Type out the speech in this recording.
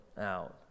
out